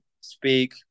speak